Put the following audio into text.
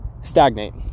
stagnate